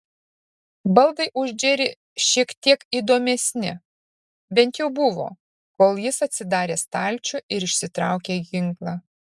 baldai už džerį šiek tiek įdomesni bent jau buvo kol jis atsidarė stalčių ir išsitraukė ginklą